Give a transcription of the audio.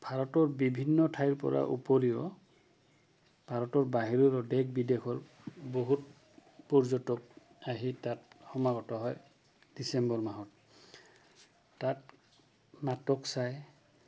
ভাৰতৰ বিভিন্ন ঠাইৰ পৰা উপৰিও ভাৰতৰ বাহিৰৰো দেশ বিদেশৰ বহুত পৰ্যটক আহি তাত সমাগত হয় ডিচেম্বৰ মাহত তাত নাটক চাই